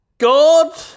God